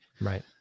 Right